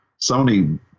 Sony